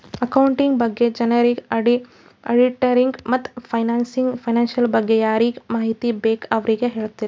accounting ಬಗ್ಗೆ ಜನರಿಗ್, ಆಡಿಟ್ಟರಿಗ ಮತ್ತ್ ಫೈನಾನ್ಸಿಯಲ್ ಬಗ್ಗೆ ಯಾರಿಗ್ ಮಾಹಿತಿ ಬೇಕ್ ಅವ್ರಿಗ ಹೆಳ್ತುದ್